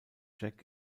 jack